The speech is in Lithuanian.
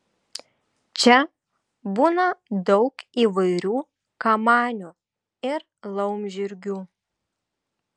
čia būna daug įvairių kamanių ir laumžirgių